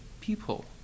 people